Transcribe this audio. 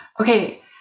Okay